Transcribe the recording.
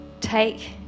Take